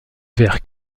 vers